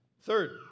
Third